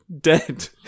dead